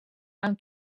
amb